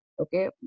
okay